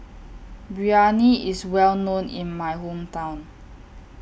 Biryani IS Well known in My Hometown